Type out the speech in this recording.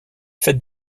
faite